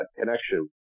connection